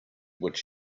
what